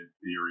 theory